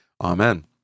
Amen